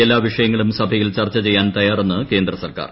എല്ലാ വിഷയങ്ങളും സഭയിൽ ചർച്ച ചെയ്യാൻ തയ്യാറെന്ന് കേന്ദ്ര സർക്കാർ